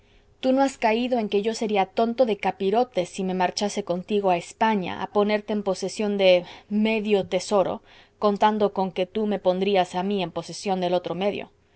tú no has caído en que yo sería tonto de capirote si me marchase contigo a españa a ponerte en posesión de medio tesoro contando con que tú me pondrías a mí en posesión del otro medio